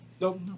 nope